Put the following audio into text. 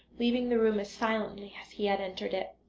leaving the room as silently as he had entered it.